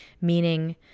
meaning